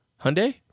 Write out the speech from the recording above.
Hyundai